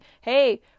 hey